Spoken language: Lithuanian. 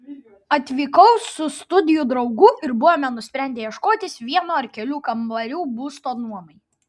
atvykau su studijų draugu ir buvome nusprendę ieškotis vieno ar kelių kambarių būsto nuomai